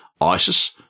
Isis